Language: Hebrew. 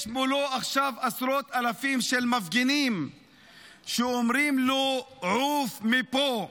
יש מולו עכשיו עשרות אלפים של מפגינים שאומרים לו: עוף מפה,